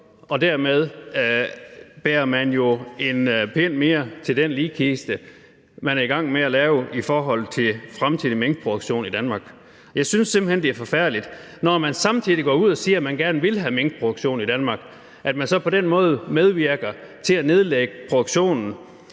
Og dermed bærer man jo en pind mere til den ligkiste, man er i gang med at lave for den fremtidige minkproduktion i Danmark. Jeg synes simpelt hen, det er forfærdeligt, at man, når man samtidig går ud og siger, at man gerne vil have minkproduktion i Danmark, så på den måde medvirker til at nedlægge produktionen.